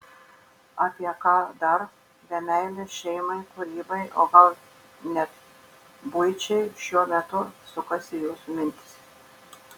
apie ką dar be meilės šeimai kūrybai o gal net buičiai šiuo metu sukasi jūsų mintys